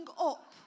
up